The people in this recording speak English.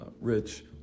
rich